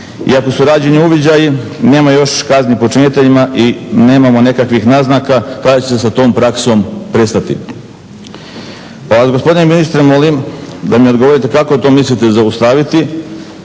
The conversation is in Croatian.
Iako su rađeni uviđaji nema još kazni počiniteljima i nemamo nekakvih naznaka kada će se sa tom praksom prestati. Pa vas gospodine ministre molim da mi odgovorite kako to mislite zaustaviti,